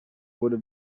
wurde